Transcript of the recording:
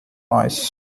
noise